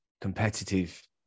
competitive